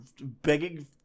begging